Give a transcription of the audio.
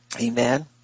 Amen